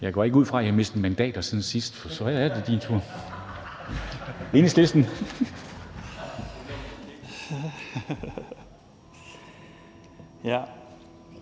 Jeg går ikke ud fra, at I har mistet mandater siden sidst, så det er din tur. Kl.